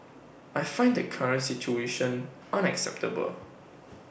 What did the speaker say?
I find the current situation unacceptable